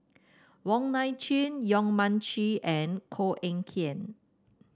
Wong Nai Chin Yong Mun Chee and Koh Eng Kian